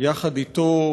יחד אתו,